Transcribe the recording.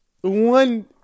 One